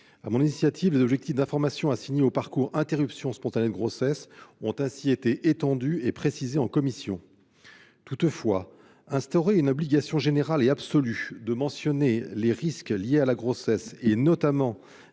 mon initiative, les objectifs d'information assignés aux « parcours interruption spontanée de grossesse » ont ainsi été étendus et précisés en commission. Toutefois, instaurer une obligation générale et absolue de mentionner les risques liés à la grossesse et, notamment,